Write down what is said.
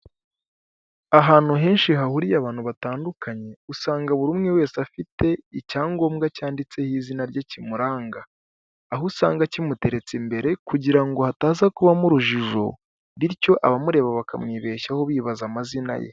Ahantu henshi hahuriye abantu batandukanye, usanga buri umwe wese afite icyangombwa cyanditseho izina rye kimuranga, aho usanga kimuteretse imbere kugira ngo hataza kubamo urujijo, bityo abamureba bakamwibeshyaho bibaza amazina ye.